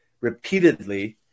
repeatedly